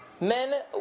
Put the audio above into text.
men